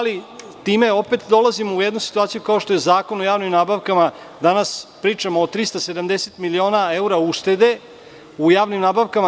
Time opet dolazimo u jednu situaciju, kao što je Zakon o javnim nabavkama, danas pričamo o 370 miliona evra uštede u javnim nabavkama.